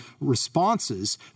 responses